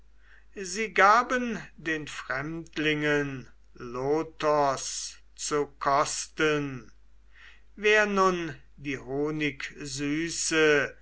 sie gaben den fremdlingen lotos zu kosten wer nun die honigsüße